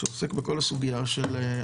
שעוסק בכל הסוגיה של,